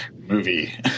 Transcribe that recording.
movie